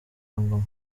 ngoma